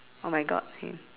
oh my god